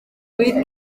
fluid